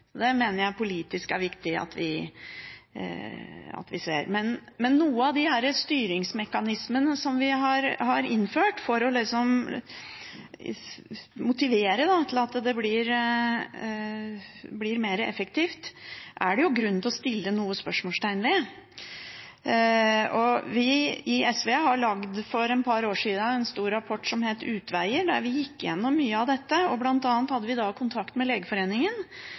Det mener jeg det er politisk viktig at vi ser. Men noen av disse styringsmekanismene som vi har innført for å motivere til at det blir mer effektivt, er det jo grunn til å sette spørsmålstegn ved. Vi i SV lagde for et par år siden en stor rapport som het Utveier. Der gikk vi igjennom mye av dette. Blant annet hadde vi da kontakt med Legeforeningen,